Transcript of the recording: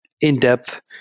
in-depth